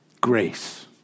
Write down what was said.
Grace